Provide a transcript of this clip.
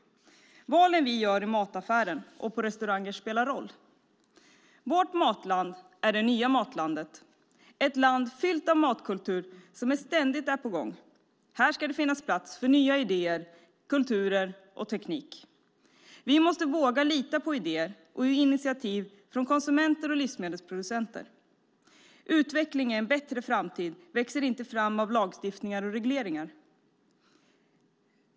Valen vi gör i mataffären och på restaurangen spelar roll. Vårt matland är det nya matlandet, ett land fyllt av matkultur som ständigt är på gång. Här ska det finnas plats för nya idéer, kulturer och teknik. Vi måste våga lita på idéer och initiativ från konsumenter och livsmedelsproducenter. Utveckling och en bättre framtid växer inte fram av lagstiftning och regleringar.